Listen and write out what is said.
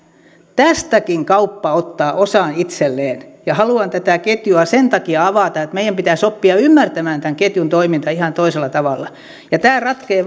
tästäkin kauppa ottaa osan itselleen haluan tätä ketjua sen takia avata että meidän pitäisi oppia ymmärtämään tämän ketjun toiminta ihan toisella tavalla ja tämä ongelma ratkeaa